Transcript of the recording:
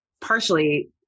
partially